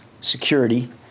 security